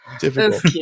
difficult